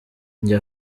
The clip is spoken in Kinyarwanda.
njye